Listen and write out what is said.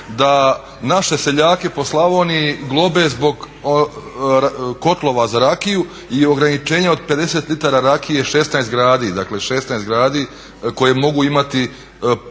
da naše seljake po Slavoniji globe zbog kotlova za rakiju i ograničenja od 50 litara rakije 16 gradi, dakle 16 gradi koje mogu imati u godišnjoj